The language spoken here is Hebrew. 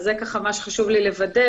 זה מה שחשוב לי לוודא.